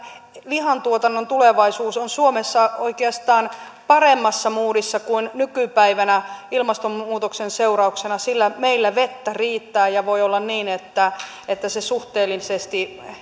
lihantuotannon tulevaisuus on suomessa oikeastaan paremmassa moodissa kuin nykypäivänä ilmastonmuutoksen seurauksena sillä meillä vettä riittää ja voi olla niin että että kannattavuus suhteellisesti